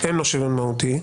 אין לו שריון מהותי.